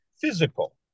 physical